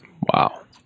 Wow